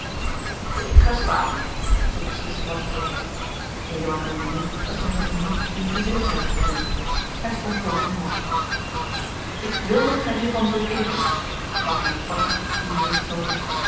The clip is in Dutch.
ik ga slapen was het beslissend antwoord eduard meende nu dat zijne vermoedens eenige zekerheid kregen hij stond plotseling op ik wil dat gij hiervan zult eten sprak hij op korten gebiegeorge een